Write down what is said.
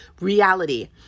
reality